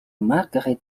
margaret